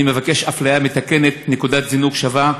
אני מבקש אפליה מתקנת, נקודת זינוק שווה.